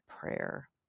prayer